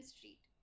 Street